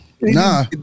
Nah